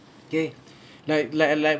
okay like like like